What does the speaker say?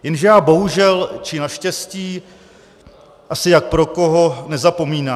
Jenže já bohužel, či naštěstí, asi jak pro koho, nezapomínám.